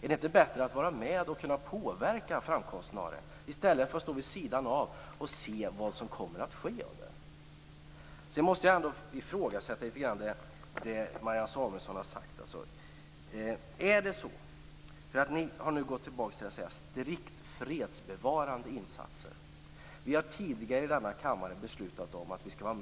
Är det inte bättre att vara med och kunna påverka framväxten av detta arbete i stället för att stå vid sidan av och se vad som kommer att bli av det? Jag måste ifrågasätta det Marianne Samuelsson har sagt. Miljöpartiet har nu gått tillbaka till att tala om strikt fredsbevarande insatser. Vi har tidigare i denna kammare beslutat att svensk trupp skall